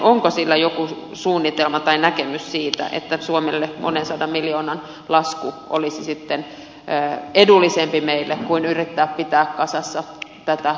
onko sillä joku suunnitelma tai näkemys siitä että suomelle monen sadan miljoonan lasku olisi sitten edullisempi kuin yrittää pitää kasassa tätä kokonaisuutta